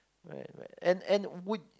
right right and and would